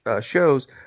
shows